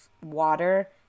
water